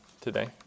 today